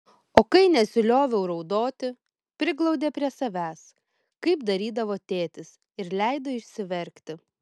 o kai nesilioviau raudoti priglaudė prie savęs kaip darydavo tėtis ir leido išsiverkti